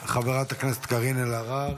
חברת הכנסת קארין אלהרר,